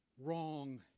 wrong